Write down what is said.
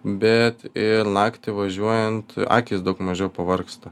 bet ir naktį važiuojant akys daug mažiau pavargsta